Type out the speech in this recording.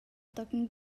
tochen